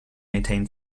maintain